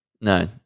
No